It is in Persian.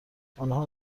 آنها